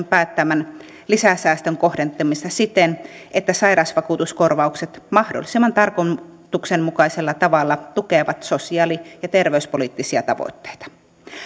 päättämän lisäsäästön kohdentamista siten että sairausvakuutuskor vaukset mahdollisimman tarkoituksenmukaisella tavalla tukevat sosiaali ja terveyspoliittisia tavoitteita